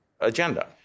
agenda